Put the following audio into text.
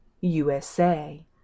USA